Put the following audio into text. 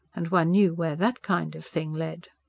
and one knew where that kind of thing led!